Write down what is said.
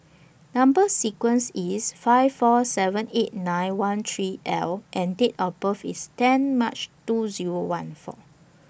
Number sequence IS five four seven eight nine one three L and Date of birth IS ten March two Zero one four